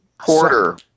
Porter